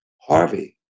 Harvey